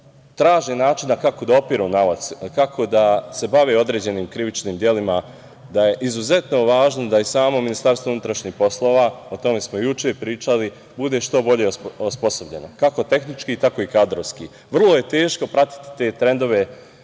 traže načina kako da operu novac, kako da se bave određenim krivičnim delima, da je izuzetno važno da i samo Ministarstvo unutrašnjih poslova, o tome smo juče pričali, bude što bolje osposobljeno kako tehnički, tako i kadrovski. Vrlo je teško pratiti te trendove